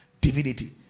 divinity